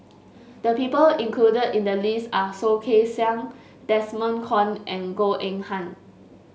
the people included in the list are Soh Kay Siang Desmond Kon and Goh Eng Han